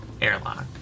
airlock